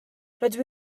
rydw